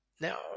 Now